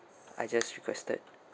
I just requested